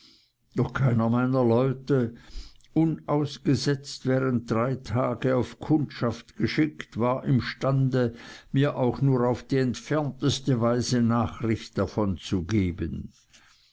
doch keiner meiner leute unausgesetzt während drei tage auf kundschaft geschickt war imstande mir auch nur auf die entfernteste weise nachricht davon zu geben